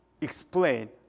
explain